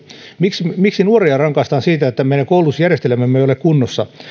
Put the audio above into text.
miksi miksi nuoria rangaistaan siitä että meidän koulutusjärjestelmämme ei ole kunnossa